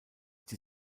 die